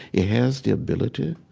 it has the ability